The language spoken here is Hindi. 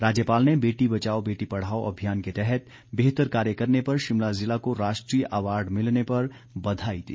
राज्यपाल ने बेटी बचाओ बेटी पढ़ाओ अभियान के तहत बेहतर कार्य करने पर शिमला जिला को राष्ट्रीय अवार्ड मिलने पर बधाई दी